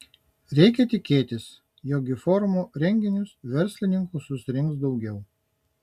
reikia tikėtis jog į forumo renginius verslininkų susirinks daugiau